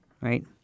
right